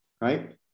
right